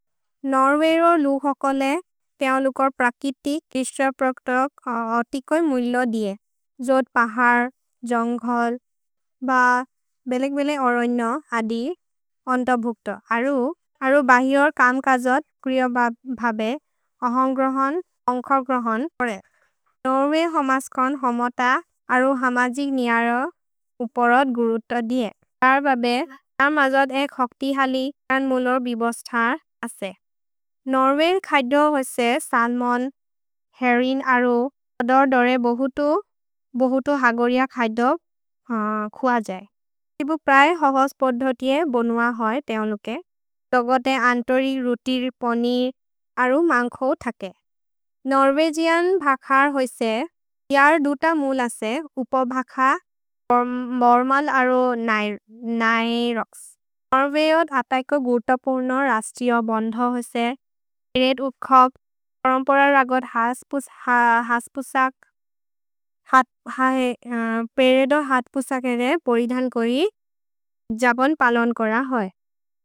नोर्वे रो लु होकोले तेओलुकोर् प्रकितिक्, तिस्र प्रक्तोक् अतिकोइ मुलो दिए। जोद् पहर्, जोन्घोल् ब बेलेक्-बेले ओरैनो अदि अन्तभुक्तो। अरु, अरु बहिओर् कम्कजोद् क्रिओ भबे अहोन्ग्रोहोन्, ओन्खग्रोहोन् परे। नोर्वे होमस्कोन् होमोत अरु हमजिग् नियरो उपोरोद् गुरुत्तो दिए। तर् भबे, तर् मजोद् एक् हक्तिहलि तन् मुलोर् बिबस्थर् असे। नोर्वेन् खैदो होइसे सल्मोन्, हेर्रिन् अरु। अदोर्-दोरे बोहुतो, बोहुतो हगोरिअ खैदो खुअ जये। तिबु प्रए होहोस् पोधोतिये बोनुअ होइ तेओलुके। तोगते अन्तोरि, रुतिर्, पनिर्, अरु मन्खो थके। नोर्वेजिअन् भखर् होइसे जर् दुत मुल् असे। उपो भख, मर्मल् अरु नै रोक्स्। नोर्वे जोद् अतैको गुतपुर्नो रस्तियो बन्धो होइसे। पेरेद् उक्खग्, करम्पर रगोद् हस् पुसक्, पेरेदो हस् पुसक् एदे परिधन् कोरि जबन् पलोन् कोर होइ।